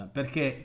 Perché